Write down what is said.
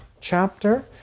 chapter